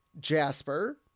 Jasper